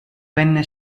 venne